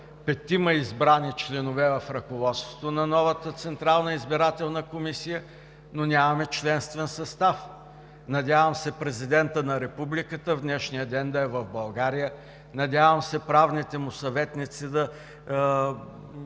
петима избрани членове в ръководството на новата Централна избирателна комисия, но нямаме членствен състав. Надявам се Президентът на Републиката в днешния ден да е в България. Надявам се правните му съветници да